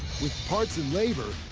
with parts and labor,